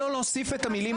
מה שניסיתי להגיד,